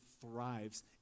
thrives